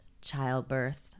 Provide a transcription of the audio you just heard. childbirth